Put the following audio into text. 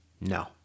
No